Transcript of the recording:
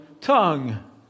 tongue